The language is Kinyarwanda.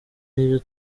n’ibyo